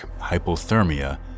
hypothermia